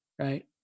Right